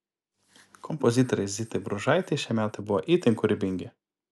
kompozitorei zitai bružaitei šie metai buvo itin kūrybingi